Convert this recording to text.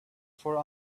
for